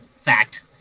fact